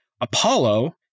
Apollo